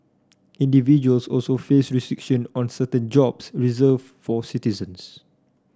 individuals also face restriction on certain jobs reserved for citizens